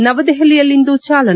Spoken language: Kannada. ನವದೆಪಲಿಯಲ್ಲಿಂದು ಚಾಲನೆ